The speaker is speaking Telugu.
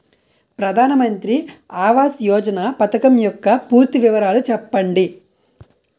ప్రధాన మంత్రి ఆవాస్ యోజన పథకం యెక్క పూర్తి వివరాలు చెప్పండి?